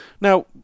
Now